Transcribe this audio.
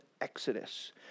Exodus